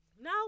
Now